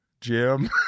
Jim